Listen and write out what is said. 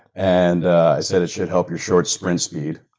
and i said, it should help your short-sprint speed.